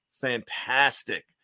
fantastic